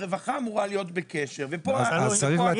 הרווחה אמורה להיות בקשר --- אז צריך להקל